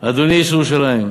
אדוני איש ירושלים,